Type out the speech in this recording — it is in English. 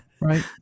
Right